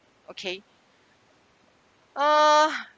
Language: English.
okay uh